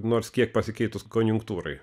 nors kiek pasikeitus konjunktūrai